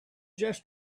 just